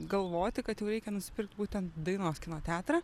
galvoti kad jau reikia nusipirkt būtent dainos kino teatrą